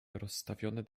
rozstawione